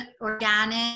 organic